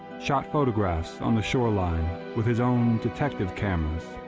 shot photographs on the shoreline with his own detective cameras,